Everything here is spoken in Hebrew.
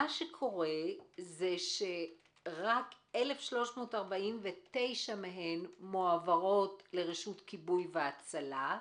מה שקורה זה שרק 1,349 מהן מועברות לרשות כיבוי והצלה,